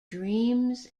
dreams